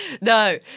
No